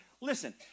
listen